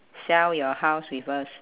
sell your house with us